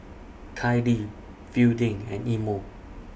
Kailee Fielding and Imo